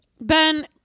Ben